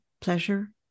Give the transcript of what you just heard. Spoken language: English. pleasure